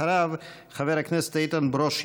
אחריו, חבר הכנסת איתן ברושי.